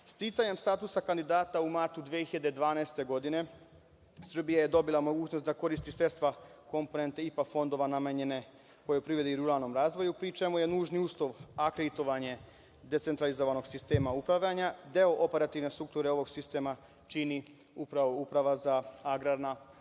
zakona. Sticanjem statusa kandidata u martu 2012. godine Srbija je dobila mogućnost da koristi sredstva i komponente IPAR fondova namenjene poljoprivredi i ruralnom razvoju, pri čemu je nužni uslov akreditovanje decentralizovanog sistema upravljanja. Deo operativne strukture ovog sistema čini upravo Uprava za agrarna